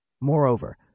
Moreover